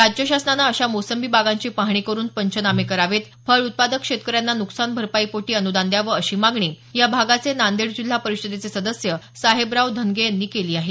राज्य शासनानं अशा मोसंबी बागांची पाहणी करून पंचनामे करावेत फळ उत्पादक शेतकऱ्यांना नुकसान भरपाई पोटी अनुदान द्यावं अशी मागणी या भागाचे नांदेड जिल्हा परिषदेचे सदस्य साहेबराव धनगे यांनी केली आहे